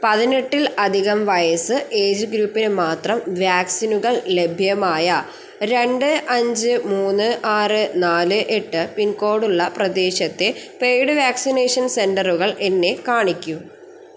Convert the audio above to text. പതിനെട്ടിൽ അധികം വയസ്സ് ഏജ് ഗ്രൂപ്പിന് മാത്രം വാക്സിനുകൾ ലഭ്യമായ രണ്ട് അഞ്ച് മൂന്ന് ആറ് നാല് എട്ട് പിൻകോഡ് ഉള്ള പ്രദേശത്തെ പെയ്ഡ് വാക്സിനേഷൻ സെന്ററുകൾ എന്നെ കാണിക്കൂ